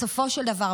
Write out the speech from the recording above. בסופו של דבר,